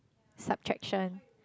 subtraction